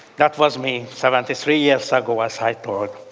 that was me seventy three years ago, as i